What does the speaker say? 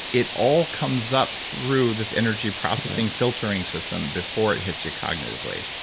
it all comes up through this energy processing filtering system before it hits you cognitively.